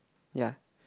ya